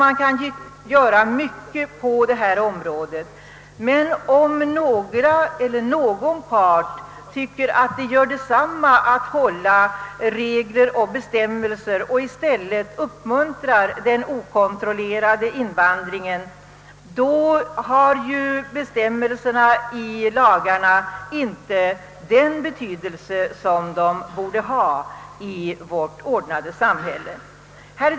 Man kan göra mycket på detta område, men om någon eller några parter anser att det är utan betydelse att vi har regler och bestämmelser och i stället uppmuntrar den okontrollerade invandringen har bestämmelserna i lagarna inte den betydelse som de borde ha i vårt ordnade samhälle.